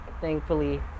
thankfully